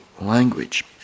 language